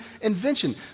invention